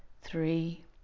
three